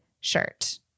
shirt